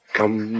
Come